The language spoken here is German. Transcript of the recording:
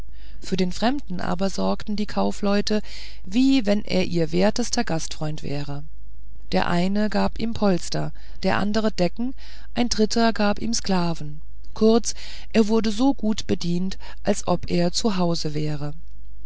für den fremden aber sorgten die kaufleute wie wenn er ihr wertester gastfreund wäre der eine gab ihm polster der andere decken ein dritter gab ihm sklaven kurz er wurde so gut bedient als ob er zu hause wäre